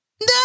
No